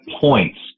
points